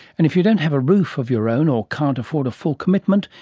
and if you don't have a roof of your own or can't afford a full commitment,